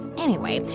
anyway,